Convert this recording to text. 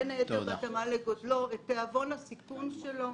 בין היתר בהתאמה לגודלו ותיאבון הסיכון שלו.